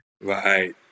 Right